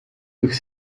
durch